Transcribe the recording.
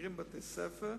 סוגרים בתי-ספר,